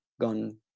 gone